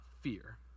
fear